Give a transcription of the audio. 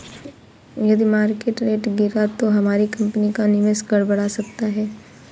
यदि market rate गिरा तो हमारी कंपनी का निवेश गड़बड़ा सकता है